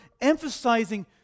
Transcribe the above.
emphasizing